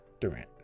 Durant